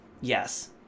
yes